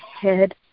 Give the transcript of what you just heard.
head